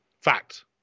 Fact